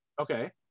okay